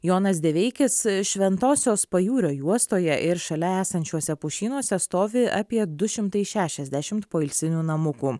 jonas deveikis šventosios pajūrio juostoje ir šalia esančiuose pušynuose stovi apie du šimtai šešiasdešimt poilsinių namukų